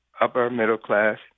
upper-middle-class